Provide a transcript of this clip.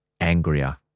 angrier